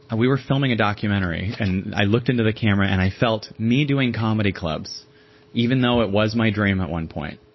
and we were filming a documentary and i looked into the camera and i felt me doing comedy clubs even though it was my dream at one point,